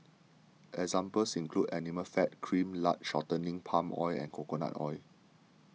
examples include animal fat cream lard shortening palm oil and coconut oil